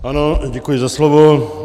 Ano, děkuji za slovo.